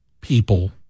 people